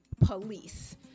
police